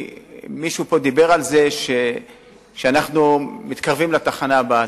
מישהו פה דיבר על זה שאנחנו מתקרבים לתחנה הבאה.